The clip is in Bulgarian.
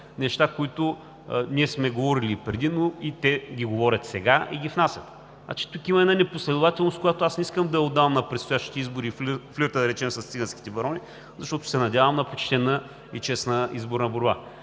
неща, които ние сме говорили и преди, но и те ги говорят сега и ги внасят. Значи, тук има една непоследователност, която аз не искам да я отдавам на предстоящите избори – флиртът, да речем, с циганските барони, защото се надявам на почтена и честна изборна борба.